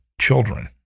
children